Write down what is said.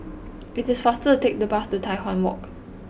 it is faster to take the bus to Tai Hwan Walk